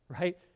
right